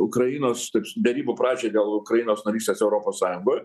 ukrainos derybų pradžią dėl ukrainos narystės europos sąjungoj